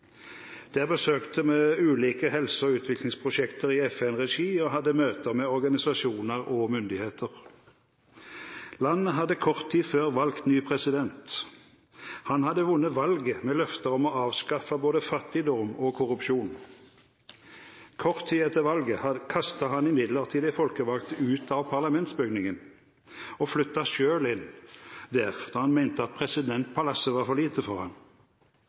besøkte vi ulike helse- og utviklingsprosjekter i FN-regi og hadde møter med organisasjoner og myndigheter. Landet hadde kort tid før valgt ny president. Han hadde vunnet valget med løfter om å avskaffe både fattigdom og korrupsjon. Kort tid etter valget kastet han imidlertid de folkevalgte ut av parlamentsbygningen og flyttet selv inn der, da han mente at presidentpalasset var for lite for